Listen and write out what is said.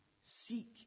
seek